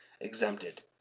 exempted